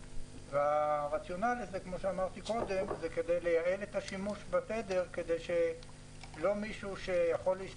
הרציונל הוא לייעל את השימוש בתדר כדי שלא מישהו שיכול,